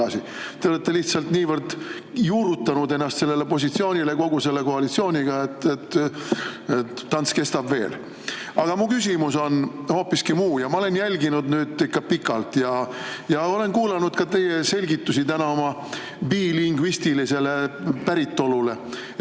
Te olete lihtsalt niivõrd juurdunud sellel positsioonil kogu selle koalitsiooniga, et tants kestab veel. Aga mu küsimus on hoopis muu. Ma olen nüüd kõike jälginud ikka pikalt ja olen kuulanud ka teie selgitusi oma bilingvistilisele päritolule.